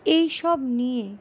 এই সব নিয়ে